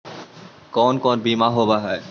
कोन कोन बिमा होवय है?